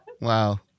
Wow